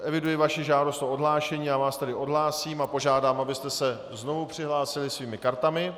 Eviduji vaši žádost o odhlášení, já vás tedy odhlásím a požádám, abyste se znovu přihlásili svými kartami.